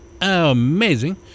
amazing